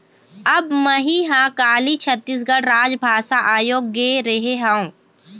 अब मही ह काली छत्तीसगढ़ राजभाषा आयोग गे रेहे हँव